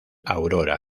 aurora